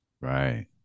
Right